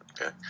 Okay